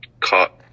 caught